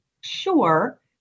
sure